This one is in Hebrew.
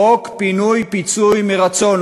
חוק פינוי-פיצוי מרצון,